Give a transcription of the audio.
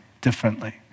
differently